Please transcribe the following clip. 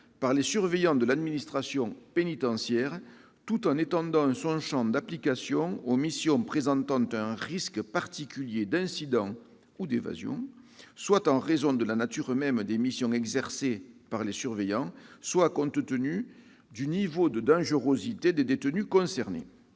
par les surveillants de l'administration pénitentiaire, tout en étendant son champ d'application aux missions présentant un risque particulier d'incident ou d'évasion, soit en raison de la nature même des missions exercées par les surveillants, soit compte tenu du niveau de dangerosité des détenus concernés.